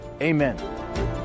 amen